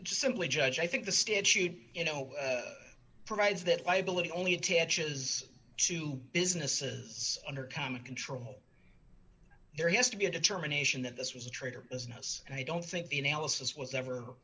just simply judge i think the statute you know provides that liability only attaches to businesses under common control there has to be a determination that this was a trader business and i don't think the analysis was